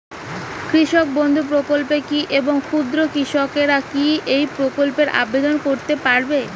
কৃষক বন্ধু প্রকল্প কী এবং ক্ষুদ্র কৃষকেরা কী এই প্রকল্পে আবেদন করতে পারবে?